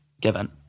given